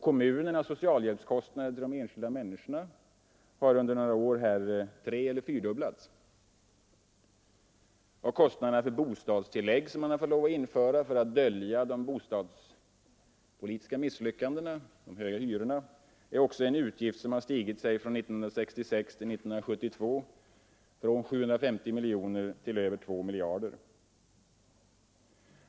Kommunernas kostnader för socialhjälp till de enskilda människorna har under några år treeller fyrdubblats, och kostnaderna för bostadstillägg, som man har måst införa för att dölja de bostadspolitiska misslyckandena med de höga hyrorna, är också en utgift som har stigit från 1966 till 1972 från 750 miljoner kronor till över 2 miljarder.